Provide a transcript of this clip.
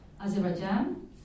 Azerbaijan